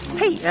hey, yeah